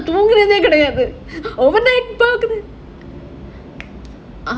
தூங்குறதே கெடயாது:thoongurathe kedayaathu overnight நல்ல படம்:nalla padam